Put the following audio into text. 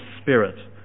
spirit